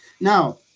now